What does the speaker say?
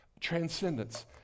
Transcendence